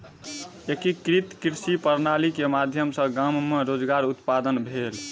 एकीकृत कृषि प्रणाली के माध्यम सॅ गाम मे रोजगार उत्पादन भेल